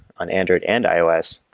on android and ios.